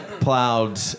plowed